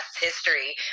history